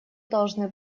должны